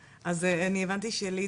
הפרוטוקול - חיסוי פרטים אישיים של דוברים